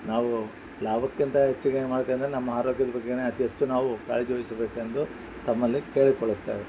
ನಾವು ಲಾಭಕ್ಕಿಂತ ಹೆಚ್ಚಿಗೆ ಮಾಡ್ಕೊ ಅಂದ್ರೆ ನಮ್ಮ ಆರೋಗ್ಯದ ಬಗ್ಗೆ ಅತೀ ಹೆಚ್ಚು ನಾವು ಕಾಳಜಿವಹಿಸ್ಬೇಕೆಂದು ತಮ್ಮಲ್ಲಿ ಕೇಳಿಕೊಳ್ಳುತ್ತೇವೆ